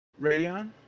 Radeon